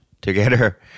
together